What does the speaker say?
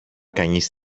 κανείς